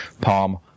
palm